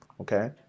okay